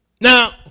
Now